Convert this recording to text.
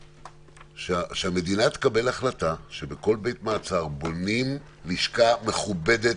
שהמדינה תקבל החלטה שבכל בתי המעצר בונים לשכה מכובדת,